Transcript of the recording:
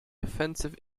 offensive